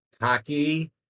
hockey